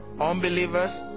unbelievers